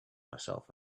myself